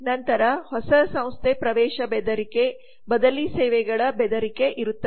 ನಂತರಹೊಸ ಸಂಸ್ಥೆ ಪ್ರವೇಶ ಬೆದರಿಕೆ ಬದಲೀ ಸೇವೆಗಳ ಬೆದರಿಕೆ ಇವೆ